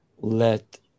let